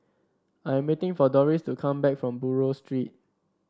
I am waiting for Dorris to come back from Buroh Street